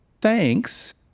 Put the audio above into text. thanks